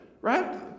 right